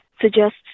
suggests